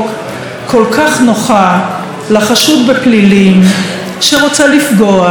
כל כך נוחה לחשוד בפלילים שרוצה לפגוע,